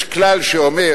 יש כלל שאומר